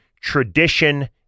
Tradition